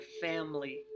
family